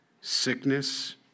sickness